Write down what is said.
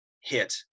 hit